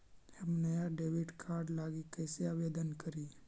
हम नया debit card लागी कईसे आवेदन करी?